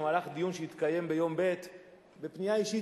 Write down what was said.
במהלך דיון שהתקיים ביום שני בפנייה אישית,